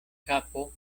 kapo